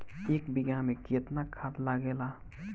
एक बिगहा में केतना खाद लागेला?